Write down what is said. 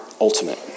ultimate